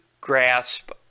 grasp